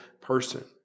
person